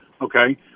okay